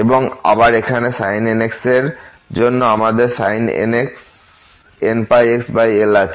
এবং আবার এখানে sin nx এর জন্য আমাদের sin nπxL আছে